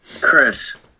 Chris